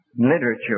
literature